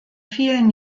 vielen